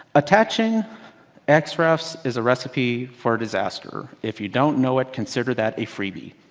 attaching x roughs is a recipe for disaster. if you don't know it consider that a freebie.